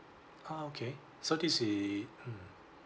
ah okay so this it mm